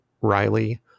Riley